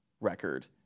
record